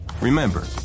Remember